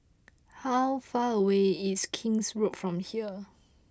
how far away is King's Road from here